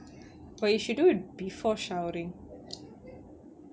but if you do it before showering